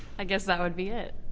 i guess that would be it.